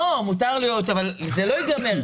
מותר להיות, אבל זה לא ייגמר.